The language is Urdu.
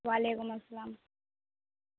وعلیکم السلام